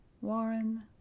Warren